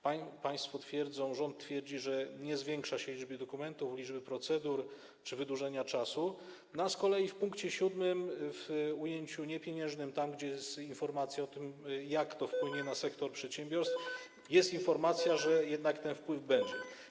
Państwo twierdzą, rząd twierdzi, że nie zwiększa się liczby dokumentów, procedur czy nie wydłuża się czasu, a z kolei w pkt 7, w ujęciu niepieniężnym, tam, gdzie jest informacja o tym, jak to wpłynie na sektor przedsiębiorstw, jest informacja, że jednak ten wpływ będzie.